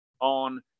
on